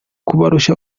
kubarusha